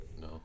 No